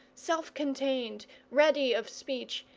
self-contained, ready of speech,